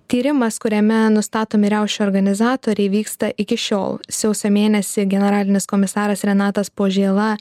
tyrimas kuriame nustatomi riaušių organizatoriai vyksta iki šiol sausio mėnesį generalinis komisaras renatas požėla